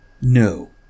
No